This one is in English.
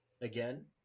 again